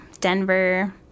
Denver